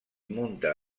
munta